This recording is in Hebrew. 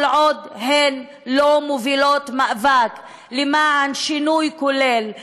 עוד הן לא מובילות מאבק למען שינוי כולל,